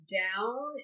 down